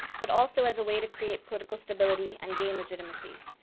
but also as a way to create political stability and gain legitimacy.